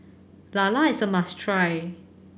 lala is a must try